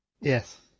Yes